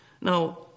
Now